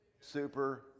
super